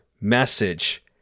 message